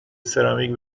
سرامیک